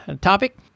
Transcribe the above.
topic